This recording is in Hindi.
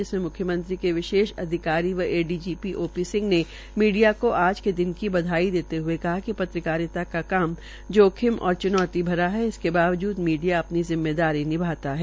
जिसमें मुख्यमंत्री के विशेष अधिकारी A D G P O P Singh ने मीडिया को आज के दिन की बधाई देते हए कहा िक पत्रकारिता का काम जोखिम और च्नौती से भरा है इसके बावजूद मीडिया अपनी जिम्मेवारी निभाता है